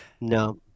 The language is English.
No